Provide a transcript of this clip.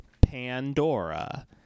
Pandora